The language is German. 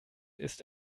ist